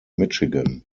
michigan